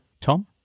Tom